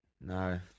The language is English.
No